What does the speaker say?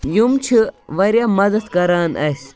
یِم چھِ واریاہ مَدَد کَران اَسہِ